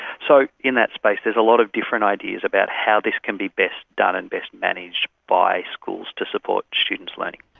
so in that space is a lot of different ideas about how this can be best done and best managed by schools to support students' learning.